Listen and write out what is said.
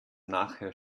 nachher